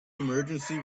emergency